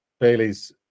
bailey's